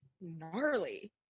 gnarly